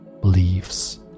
beliefs